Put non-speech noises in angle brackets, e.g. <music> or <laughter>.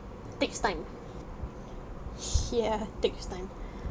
takes time <breath> yeah takes time